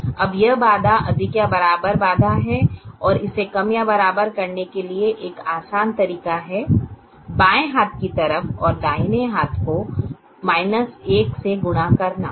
अब यह बाधा अधिक या बराबर बाधा है और इसे कम या बराबर करने के लिए एक आसान तरीका है बाएं हाथ की तरफ और दाहिने हाथ को 1 से गुणा करना